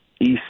east